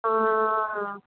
ആ ആ